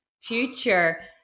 future